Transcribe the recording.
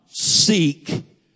seek